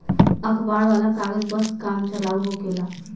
अखबार वाला कागज बस काम चलाऊ होखेला